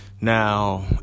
Now